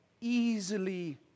easily